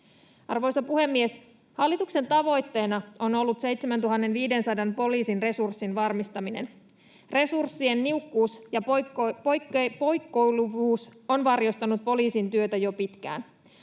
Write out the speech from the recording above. Arvoisa puhemies! Hallituksen tavoitteena on ollut 7 500 poliisin resurssin varmistaminen. Resurssien niukkuus ja poukkoilevuus on varjostanut poliisin työtä jo pitkään.